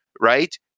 right